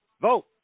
Vote